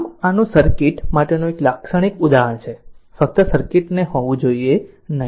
આમ આનું સર્કિટ માટેનું એક લાક્ષણિક ઉદાહરણ છે ફક્ત સર્કિટ ને જોવું જોઈએ નહીં